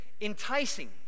enticing